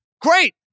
Great